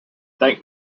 thank